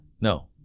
No